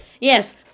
Yes